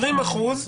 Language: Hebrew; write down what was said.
20 אחוזים